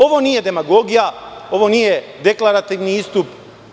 Ovo nije demagogija, ovo nije deklarativni istup.